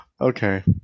okay